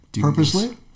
Purposely